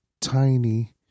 tiny